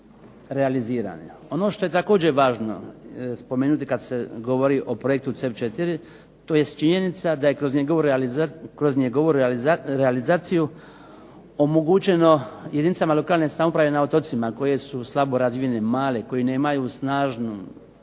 Ono što je također važno spomenuti kad se govori o projektu CEP4 to je činjenica da je kroz njegovu realizaciju omogućeno jedinicama lokalne samouprave na otocima koje su slabo razvijene, male, koje nemaju snažnu